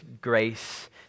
grace